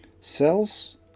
Cells